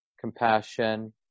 compassion